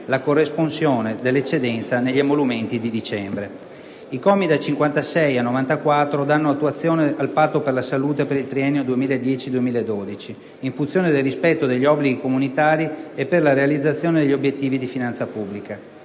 la corresponsione dell'eccedenza negli emolumenti di dicembre. I commi da 56 a 94 danno attuazione al Patto per la salute per il triennio 2010-2012, in funzione del rispetto degli obblighi comunitari e per la realizzazione degli obiettivi di finanza pubblica.